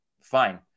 fine